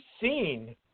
seen